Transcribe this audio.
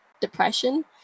depression